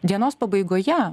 dienos pabaigoje